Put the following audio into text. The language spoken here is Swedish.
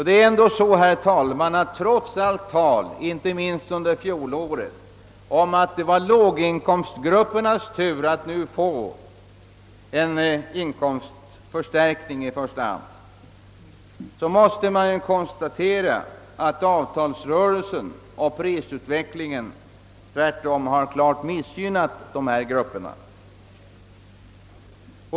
Det är ändå så, herr talman, att trots allt tal — inte minst under fjolåret — om att det nu var låglönegruppernas tur att i första hand få en inkomstförstärkning, måste man konstatera att avtalsrörelsen och prisutvecklingen tvärtom klart missgynnat dessa grupper.